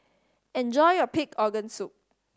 enjoy your pig organ soup